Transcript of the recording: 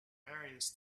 various